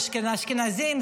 אשכנזים,